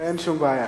אין שום בעיה.